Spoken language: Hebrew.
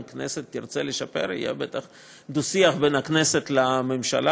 אם הכנסת תרצה לשפר יהיה בטח דו-שיח בין הכנסת לממשלה,